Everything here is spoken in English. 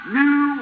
new